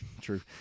true